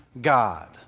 God